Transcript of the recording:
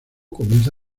comienza